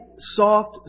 soft